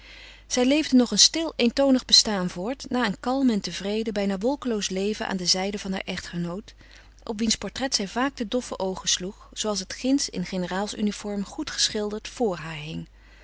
zij leefde nog een stil eentonig bestaan voort na een kalm en tevreden bijna wolkeloos leven aan de zijde van haar echtgenoot op wiens portret zij vaak de doffe oogen sloeg zooals het ginds in generaals uniform goed geschilderd vor